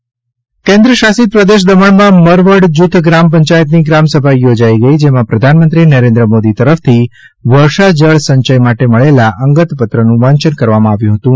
દમણ જળસંચય કેન્દ્રશાસિત પ્રદેશ દમણમાં મરવડ જૂથ ગ્રામ પંચાયતની ગ્રામસભા યોજાઇ ગઇ જેમાં પ્રધાનમંત્રી નરેન્દ્ર મોદી તરફથી વર્ષાજળ સંચય માટે મળેલા અંગતપત્રનું વાંચન કરવામાં આવ્યું હતું